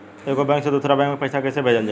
एगो बैक से दूसरा बैक मे पैसा कइसे भेजल जाई?